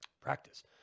Practice